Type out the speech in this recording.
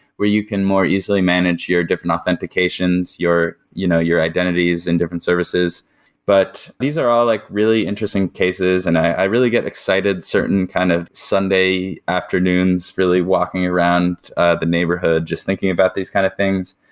where you can more easily manage your different authentications, your you know your identities and different services but these are all like really interesting cases and i really get excited certain kind of sunday afternoons, really walking around the neighborhood just thinking about these kind of things.